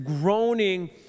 groaning